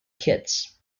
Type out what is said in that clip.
kits